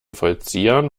vollziehern